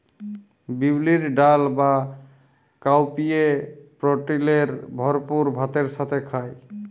বিউলির ডাল বা কাউপিএ প্রটিলের ভরপুর ভাতের সাথে খায়